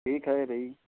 ठीक है भाई